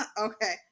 okay